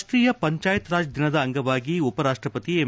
ರಾಷ್ಷೀಯ ಪಂಚಾಯತ್ ರಾಜ್ ದಿನದ ಅಂಗವಾಗಿ ಉಪರಾಷ್ಷಪತಿ ಎಂ